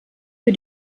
für